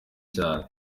cyane